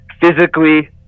physically